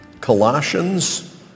Colossians